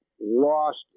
lost